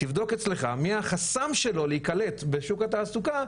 תבדוק אצלך מי החסם שלו להיקלט בשוק התעסוקה,